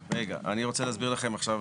אני רוצה להסביר לכם עכשיו,